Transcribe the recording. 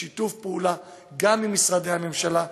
בשיתוף פעולה עם משרדי הממשלה,